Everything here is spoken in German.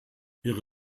ihre